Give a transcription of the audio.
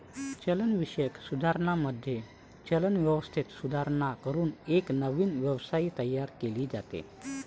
चलनविषयक सुधारणांमध्ये, चलन व्यवस्थेत सुधारणा करून एक नवीन व्यवस्था तयार केली जाते